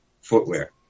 footwear